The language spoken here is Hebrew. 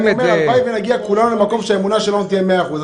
הלוואי שכולנו נגיע למקום שהאמונה שלנו תהיה מאה אחוז.